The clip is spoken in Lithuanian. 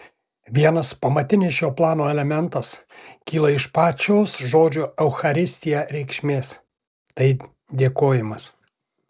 vienas pamatinis šio plano elementas kyla iš pačios žodžio eucharistija reikšmės tai dėkojimas